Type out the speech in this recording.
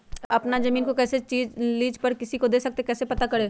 अपना जमीन को कैसे लीज पर किसी को दे सकते है कैसे पता करें?